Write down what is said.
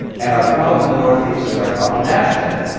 and our problem in the northeast, and our problem nationally,